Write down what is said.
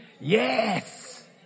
yes